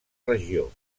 regió